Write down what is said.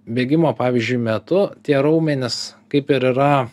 bėgimo pavyzdžiui metu tie raumenys kaip ir yra